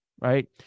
right